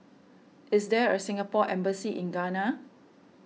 is there a Singapore Embassy in Ghana